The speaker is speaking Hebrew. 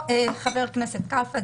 חבר הכנסת כלפון,